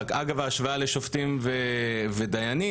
אגב ההשוואה לשופטים ודיינים,